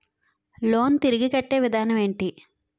Loan తిరిగి కట్టే విధానం ఎంటి?